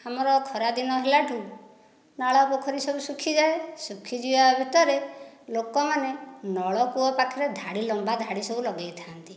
ଆମର ଖରାଦିନ ହେଲାଠୁ ନଳପଖୋରୀ ସବୁ ଶୁଖିଯାଏ ଶୁଖିଯିବା ଭିତରେ ଲୋକମାନେ ନଳକୂଅ ପାଖରେ ଧାଡ଼ି ଲମ୍ବା ଧାଡ଼ି ସବୁ ଲଗାଇ ଥାଆନ୍ତି